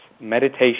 meditation